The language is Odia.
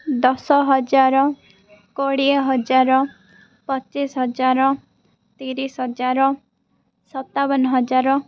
ଦଶ ହଜାର କୋଡ଼ିଏ ହଜାର ପଚିଶି ହଜାର ତିରିଶି ହଜାର ସତାବନ ହଜାର